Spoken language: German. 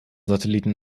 satelliten